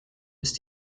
ist